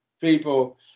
people